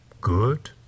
Good